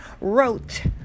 wrote